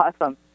awesome